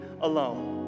alone